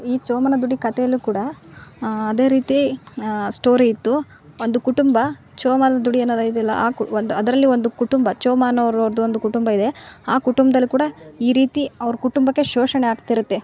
ಈ ಚೋಮನದುಡಿ ಕತೇಲು ಕೂಡ ಅದೇ ರೀತಿ ಸ್ಟೋರಿ ಇತ್ತು ಒಂದು ಕುಟುಂಬ ಚೋಮನದುಡಿ ಅನ್ನೋದಿದಿಯಲ್ಲ ಆ ಕು ಒಂದು ಅದರಲ್ಲಿ ಒಂದು ಕುಟುಂಬ ಚೋಮಾನೊ ಆವ್ರ್ದು ಒಂದು ಕುಟುಂಬ ಇದೆ ಆ ಕುಟುಂಬದಲ್ಲಿ ಕೂಡ ಈ ರೀತಿ ಅವ್ರ ಕುಟುಂಬಕ್ಕೆ ಶೋಷಣೆ ಆಗ್ತಿರತ್ತೆ